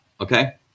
Okay